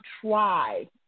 try